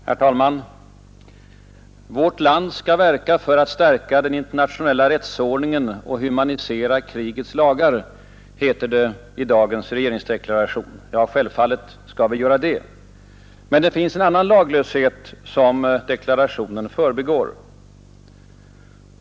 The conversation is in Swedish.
Herr talman! Vårt land skall verka för att stärka den internationella rättsordningen och humanisera krigets lagar — heter det i dagens regeringsdeklaration. Ja, självfallet skall vi göra det. Men det finns en annan laglöshet som deklarationen förbigår.